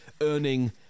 earning